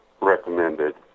recommended